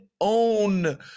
own